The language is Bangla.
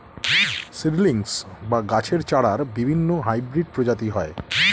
সিড্লিংস বা গাছের চারার বিভিন্ন হাইব্রিড প্রজাতি হয়